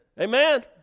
Amen